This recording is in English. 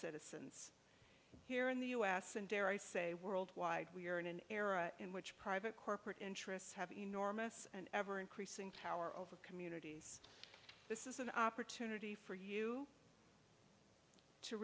citizens here in the u s and dare i say worldwide we're in an era in which private corporate interests have enormous and ever increasing power over communities this is an opportunity for you to